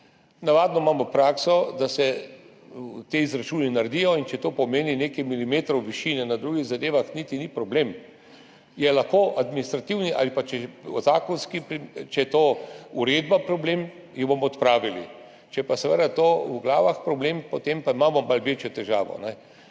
Navadno imamo prakso, da se ti izračuni naredijo, in če to pomeni nekaj milimetrov višine, na drugih zadevah niti ni problem, je lahko administrativni ali pa zakonski. Če je uredba problem, jo bomo odpravili, če je pa v glavah problem, potem pa imamo malo večjo težavo.